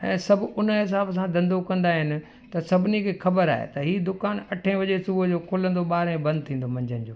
ऐं सभु उन जे हिसाब सां धंधो कंदा आहिनि त सभिनी खे ख़बरु आहे त हीउ दुकानु अठें बजे सुबुह जो खुलंदो ॿारहें बंदि थींदो मंझंदि जो